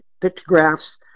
pictographs